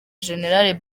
gen